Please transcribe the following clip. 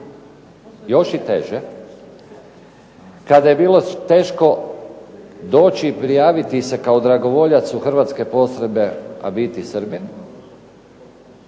još i teže, kada je bilo teško doći i prijaviti se kao dragovoljac u hrvatske postrojbe, a biti Srbin,